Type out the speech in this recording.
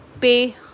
pay